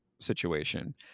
situation